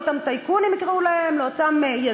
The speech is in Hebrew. לאותם טייקונים,